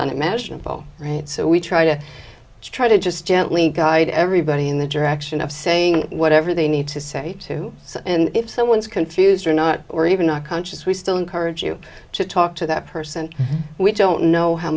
unimaginable right so we try to try to just gently guide everybody in the direction of saying whatever they need to say to see if someone is confused or not or even not conscious we still encourage you to talk to that person we don't know how